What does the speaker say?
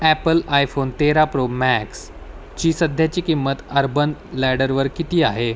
Apple iPhone तेरा pro मॅ क्सची सध्याची किंमत अर्बन लॅडरवर किती आहे